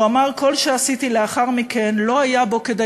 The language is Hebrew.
הוא אמר: כל שעשיתי לאחר מכן לא היה בו כדי